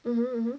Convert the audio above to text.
mm mmhmm